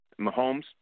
Mahomes